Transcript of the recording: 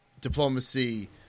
diplomacy